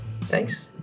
thanks